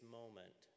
moment